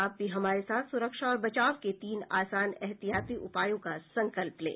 आप भी हमारे साथ सुरक्षा और बचाव के तीन आसान एहतियाती उपायों का संकल्प लें